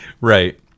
right